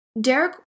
derek